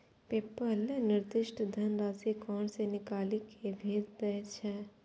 PayPal निर्दिष्ट धनराशि account सं निकालि कें भेज दै छै